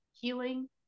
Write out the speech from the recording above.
healing